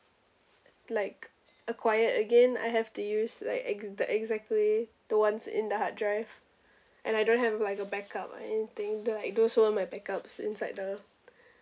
like acquired again I have to use like exact the exactly the ones in the hard drive and I don't have like a back up or anything like those were my backups inside the